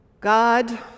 God